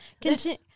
continue